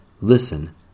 Listen